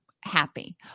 happy